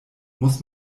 muss